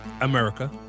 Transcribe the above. America